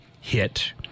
hit